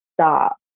stop